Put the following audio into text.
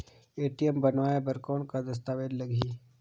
ATM बनवाय बर कौन का दस्तावेज लगही?